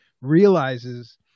realizes